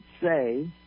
say